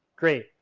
great.